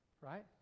Right